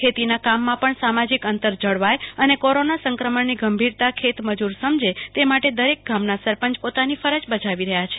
ખેતી ના કામ માં પણ સામાજિક અંતર જળવાય અને કોરોના સંક્રમણ ની ગંભીરતા ખેત મજૂર સમાજે તે માટે દરેક ગામ ના સરપંચ પોતાની ફરજ બજાવી રહ્યા છે